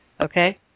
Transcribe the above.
okay